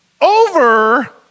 over